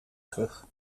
terug